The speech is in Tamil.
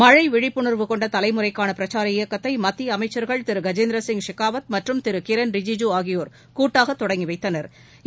மழை விழிப்புணா்வு கொண்ட தலைமுறைக்கான பிரச்சார இயக்கத்தை மத்திய அமைச்சா்கள் திரு கஜேந்திரசிங் ஷெகாவத் மற்றும் திரு கிரண் ரிஜிஜு ஆகியோர் கூட்டாக தொடங்கி வைத்தனா்